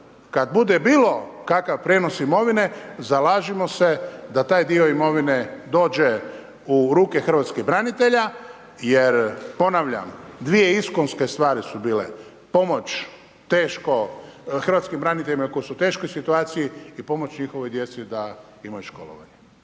kad bude bilo kakav prijenos imovine, zalažimo se da taj dio imovine dođe u ruke hrvatskih branitelja jer ponavljam, dvije iskonske stvari su bile. Pomoć teško, hrvatskim braniteljima koji su u teškoj situaciji i pomoć njihovoj djeci da imaju školovanje.